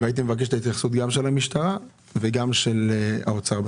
הייתי מבקש את ההתייחסות גם של המשטרה וגם של האוצר.